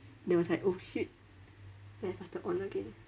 then I was like oh shit then I faster on again